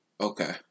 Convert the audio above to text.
Okay